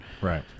Right